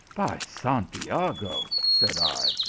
by santiago, said i,